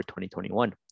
2021